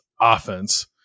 offense